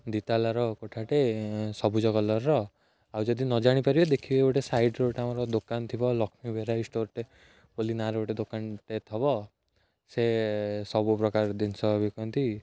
ଦୁଇ ତାଲାର କୋଠାଟେ ସବୁଜ କଲର୍ର ଆଉ ଯଦି ନ ଜାଣିପାରିବେ ଦେଖିବେ ଗୋଟେ ସାଇଡ଼୍ରେ ଗୋଟେ ଆମର ଦୋକାନ ଥିବ ଲକ୍ଷ୍ମୀ ବେରାଇ ଷ୍ଟୋର୍ଟେ ବୋଲି ନାଁର ଗୋଟେ ଦୋକାନଟେ ଥବ ସେସବୁ ପ୍ରକାର ଜିନିଷ ବିିକନ୍ତି